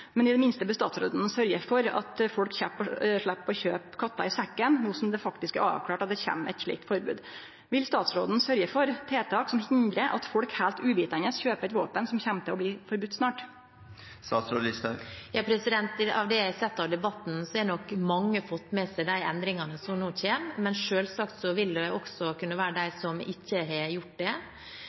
I det minste bør statsråden sørgje for at folk slepp å kjøpe katta i sekken, no som det faktisk er avklart at det kjem eit slikt forbod. Vil statsråden sørgje for tiltak som hindrar at folk heilt uvitande kjøper eit våpen som snart kjem til å bli forbode? Ja, av det jeg har sett av debatten, har nok mange fått med seg de endringene som nå kommer, men selvsagt vil det være de som ikke har gjort det.